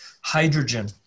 hydrogen